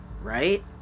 right